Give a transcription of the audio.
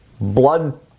blood